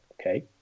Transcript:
okay